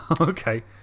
Okay